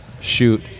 Shoot